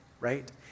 right